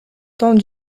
temps